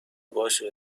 باشه